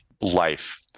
life